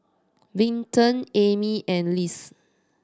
Vinton Emmy and Liz